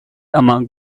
among